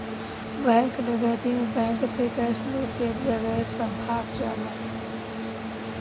bank डकैती में bank से कैश लूट के डकैत सब भाग जालन